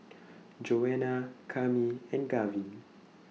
Joanna Cami and Gavin